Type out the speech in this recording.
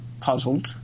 puzzled